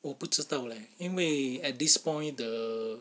我不知道 leh 因为 at this point the